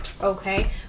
Okay